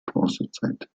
bronzezeit